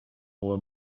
oar